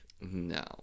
No